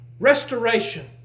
Restoration